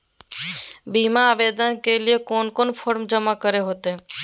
बीमा आवेदन के लिए कोन कोन फॉर्म जमा करें होते